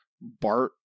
Bart